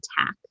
attack